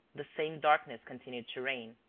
the same darkness continued to reign.